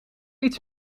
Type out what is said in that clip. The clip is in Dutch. iets